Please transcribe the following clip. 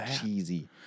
cheesy